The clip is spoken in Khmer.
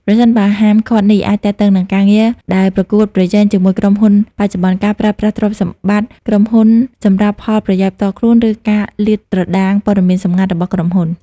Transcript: ប្រសិនការហាមឃាត់នេះអាចទាក់ទងនឹងការងារដែលប្រកួតប្រជែងជាមួយក្រុមហ៊ុនបច្ចុប្បន្ន ការប្រើប្រាស់ទ្រព្យសម្បត្តិក្រុមហ៊ុនសម្រាប់ផលប្រយោជន៍ផ្ទាល់ខ្លួន ឬការលាតត្រដាងព័ត៌មានសង្ងាត់របស់ក្រុមហ៊ុន។